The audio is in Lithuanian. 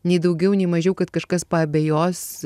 nei daugiau nei mažiau kad kažkas paabejos